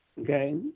okay